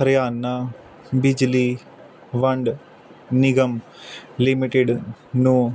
Haryana Bijli Vand Nigam limited ਨੂੰ